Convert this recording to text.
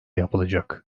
yapılacak